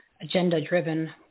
agenda-driven